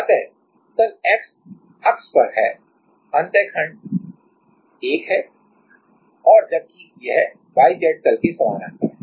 अत तल x अक्ष पर है अंतखंड 1 है और जबकि यह y z तल के समानांतर है